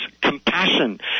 compassion